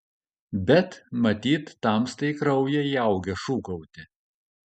bet matyt tamstai į kraują įaugę šūkauti